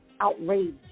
outraged